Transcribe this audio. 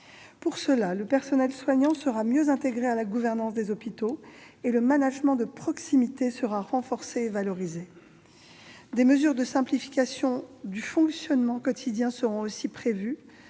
Pour ce faire, le personnel soignant sera mieux intégré à la gouvernance des hôpitaux et le management de proximité sera renforcé et valorisé. Des mesures de simplification du fonctionnement quotidien seront aussi prévues,